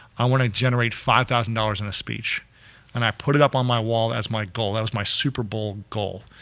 i wanna generate five thousand dollars in a speech and i put it up on my wall as my goal, that was my super bowl goal.